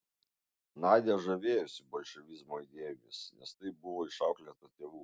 nadia žavėjosi bolševizmo idėjomis nes taip buvo išauklėta tėvų